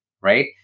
right